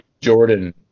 Jordan